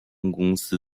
公司